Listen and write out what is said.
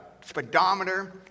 speedometer